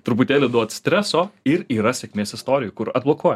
truputėlį duot streso ir yra sėkmės istorijų kur atblokuoja